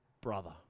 brother